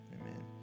Amen